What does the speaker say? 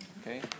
Okay